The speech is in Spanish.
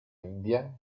india